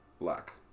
Black